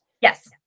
yes